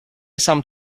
some